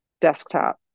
desktop